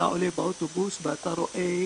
אתה עולה באוטובוס ואתה רואה